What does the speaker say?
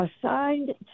assigned